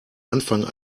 anfang